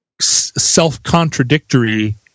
self-contradictory